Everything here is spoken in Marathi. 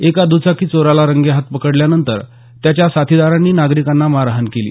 एका दचाकी चोराला रंगेहाथ पकडल्यानंतर त्याच्या साथीदारांनी नागरिकांना मारहाण केली